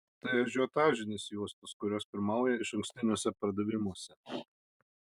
tai ažiotažinės juostos kurios pirmauja išankstiniuose pardavimuose